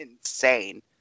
insane